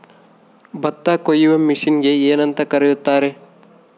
ಭತ್ತ ಕೊಯ್ಯುವ ಮಿಷನ್ನಿಗೆ ಏನಂತ ಕರೆಯುತ್ತಾರೆ?